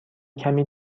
کمی